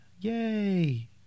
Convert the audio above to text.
Yay